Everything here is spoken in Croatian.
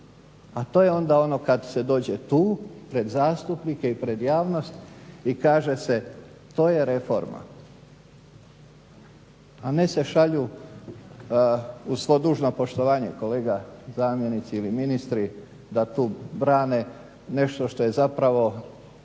a to je onda ono kad se dođe tu pred zastupnike i pred javnost i kaže se to je reforma a ne se šalju uz svo dužno poštovanje kolega zamjenici ili ministri da tu brane nešto što je zapravo